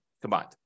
combined